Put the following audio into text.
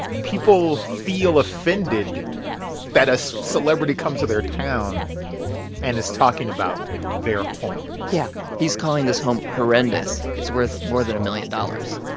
people feel offended that a celebrity comes to their town and is talking about their homes yeah he's calling this home horrendous. it's worth more than a million dollars